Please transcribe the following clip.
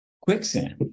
quicksand